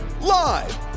Live